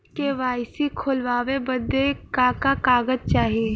KYC खोलवावे बदे का का कागज चाही?